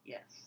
Yes